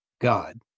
God